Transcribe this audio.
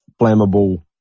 flammable